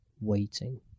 waiting